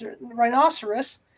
rhinoceros